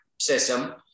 system